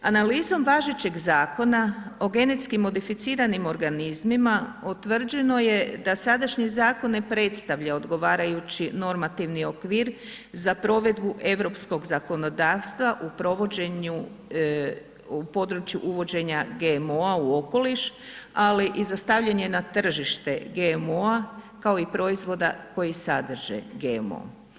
Analizom važećeg Zakona o genetski modificiranim organizmima utvrđeno je da sadašnji zakon ne predstavlja odgovarajući normativni okvir za provedbu europskog zakonodavstva u provođenju, području uvođenja GMO-a u okoliš, ali izostavljen je na tržište GMO-a kao i proizvoda koji sadrže GMO.